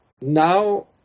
now